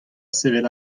sevel